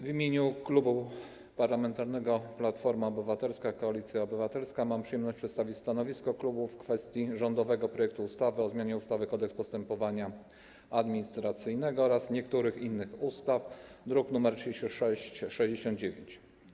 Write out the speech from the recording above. W imieniu Klubu Parlamentarnego Platforma Obywatelska - Koalicja Obywatelska mam przyjemność przedstawić stanowisko klubu w kwestii rządowego projektu ustawy o zmianie ustawy Kodeks postępowania administracyjnego oraz niektórych innych ustaw, druk nr 3669.